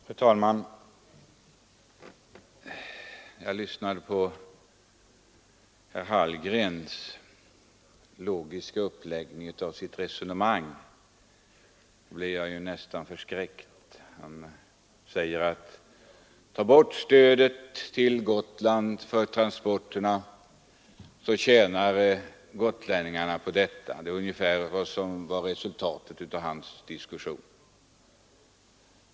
Fru talman! När jag lyssnade på herr Hallgrens logiska uppläggning av sitt resonemang så blev jag nästan förskräckt. Kontentan av hans resonemang var att gotlänningarna skulle tjäna på att stödet till sjötransporterna på Gotland togs bort.